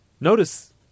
notice